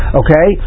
okay